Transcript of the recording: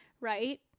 Right